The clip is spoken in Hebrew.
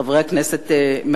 חברי הכנסת מהימין,